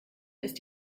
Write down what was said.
ist